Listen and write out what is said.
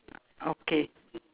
okay